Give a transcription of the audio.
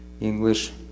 English